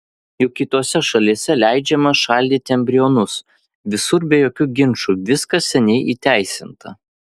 juk kitose šalyse leidžiama šaldyti embrionus visur be jokių ginčų viskas seniai įteisinta